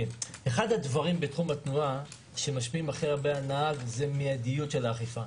אחד הדברים שמשפיעים הכי הרבה על הנהג בתחום התנועה זה מיידיות האכיפה.